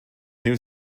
new